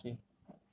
ம்